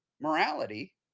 morality